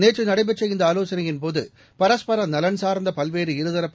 நேற்று நடைபெற்ற இந்த ஆலோசனையின்போது பரஸ்பர நலன் சார்ந்த பல்வேறு இருதரப்பு